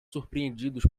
surpreendidos